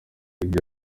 ibyo